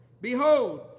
Behold